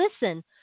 listen